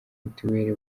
mituweri